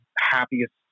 happiest